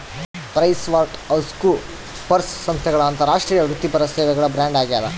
PricewaterhouseCoopers ಸಂಸ್ಥೆಗಳ ಅಂತಾರಾಷ್ಟ್ರೀಯ ವೃತ್ತಿಪರ ಸೇವೆಗಳ ಬ್ರ್ಯಾಂಡ್ ಆಗ್ಯಾದ